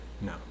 No